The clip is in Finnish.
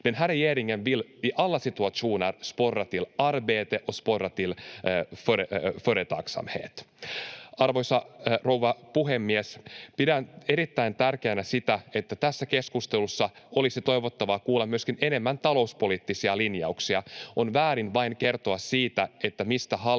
Arvoisa rouva puhemies! Pidän erittäin tärkeänä sitä, että tässä keskustelussa olisi toivottavaa kuulla myöskin enemmän talouspoliittisia linjauksia. On väärin vain kertoa siitä, mistä hallitus